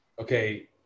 okay